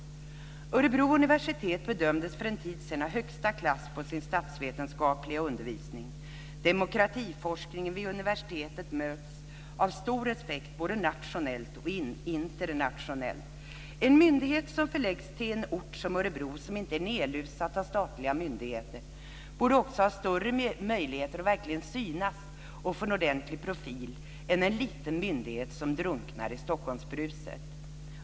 För en tid sedan bedömdes Örebro universitet ha högsta klass på sin statsvetenskapliga undervisning. Demokratiforskningen vid universitetet möts av stor respekt både nationellt och internationellt. En myndighet som förläggs till en plats som Örebro som inte är nedlusad av statliga myndigheter borde också ha större möjligheter att verkligen synas och få en ordentlig profil än en liten myndighet som drunknar i Stockholmsbruset.